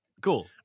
Cool